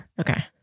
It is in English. okay